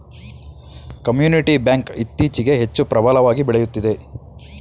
community bank ಇತ್ತೀಚೆಗೆ ಹೆಚ್ಚು ಪ್ರಬಲವಾಗಿ ಬೆಳೆಯುತ್ತಿದೆ